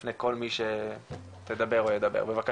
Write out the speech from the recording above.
בפני כל מי שידבר, בבקשה.